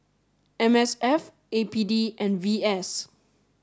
M S F A P D and V S